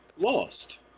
lost